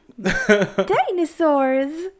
Dinosaurs